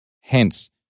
Hence